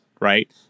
right